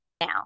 Now